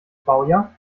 baujahr